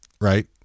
right